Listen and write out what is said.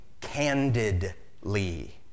candidly